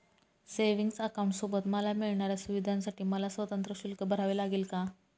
Savings अकाउंटसोबत मला मिळणाऱ्या सुविधांसाठी मला स्वतंत्र शुल्क भरावे लागेल का?